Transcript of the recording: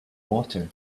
water